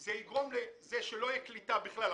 זה יגרום לכך שלא תהיה קליטה בכלל,